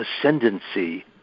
ascendancy